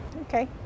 okay